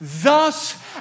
Thus